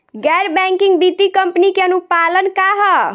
गैर बैंकिंग वित्तीय कंपनी के अनुपालन का ह?